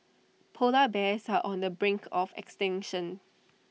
Polar Bears are on the brink of extinction